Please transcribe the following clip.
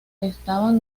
estaban